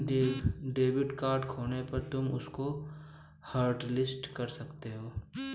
debit card खोने पर तुम उसको हॉटलिस्ट कर सकती हो